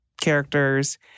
characters